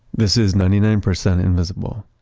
this is ninety nine percent invisible.